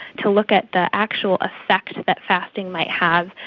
to look at the actual effect that fasting might have,